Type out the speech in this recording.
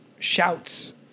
shouts